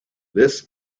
this